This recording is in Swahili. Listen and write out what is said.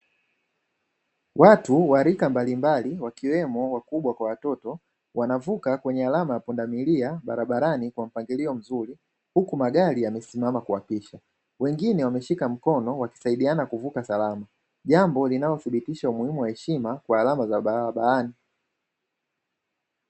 Watu wa rika mbalimbali, wakiwemo wakubwa kwa watoto, wanavuka kwenye alama ya pundamilia barabarani kwa mpangilio mzuri huku magari yamesimama kuwapisha. Wengine wameshika mikono, wakisaidiana kuvuka salama, jambo linalodhibitisha umuhimu wa heshima kwa alama za usalama barabarani.